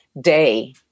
day